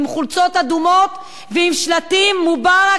עם חולצות אדומות ועם שלטים "מובארק",